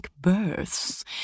births